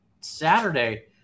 Saturday